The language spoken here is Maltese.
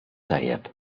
tajjeb